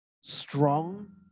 Strong